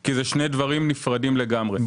כי זה שני דברים נפרדים לגמרי.